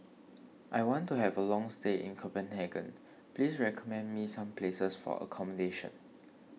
I want to have a long stay in Copenhagen please recommend me some places for accommodation